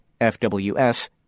FWS